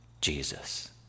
Jesus